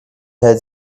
had